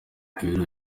ibiro